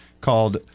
called